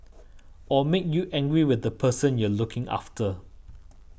or make you angry with the person you're looking after